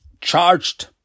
charged